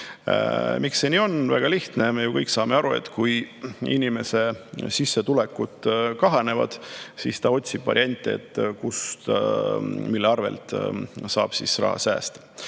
Miks see nii on? Väga lihtne. Me kõik ju saame aru, et kui inimese sissetulekud kahanevad, siis ta otsib variante, mille arvelt saaks raha säästa.